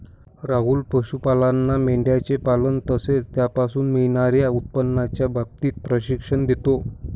राहुल पशुपालांना मेंढयांचे पालन तसेच त्यापासून मिळणार्या उत्पन्नाच्या बाबतीत प्रशिक्षण देतो